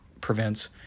prevents